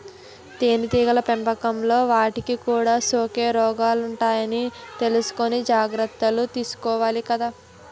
తేనెటీగల పెంపకంలో వాటికి కూడా సోకే రోగాలుంటాయని తెలుసుకుని జాగర్తలు తీసుకోవాలి కదా